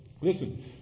Listen